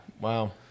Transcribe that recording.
Wow